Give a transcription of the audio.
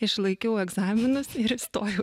išlaikiau egzaminus ir įstojau